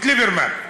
את ליברמן.